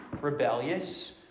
rebellious